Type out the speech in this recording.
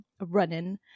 running